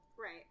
right